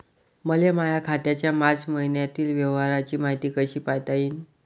मले माया खात्याच्या मार्च मईन्यातील व्यवहाराची मायती कशी पायता येईन?